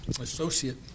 associate